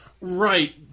Right